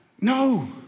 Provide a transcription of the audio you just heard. No